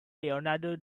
leonardo